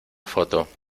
foto